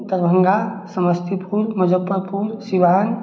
Darbhanga Samastipur Muzaffarpur Siwan